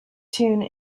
tune